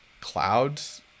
clouds